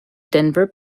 denver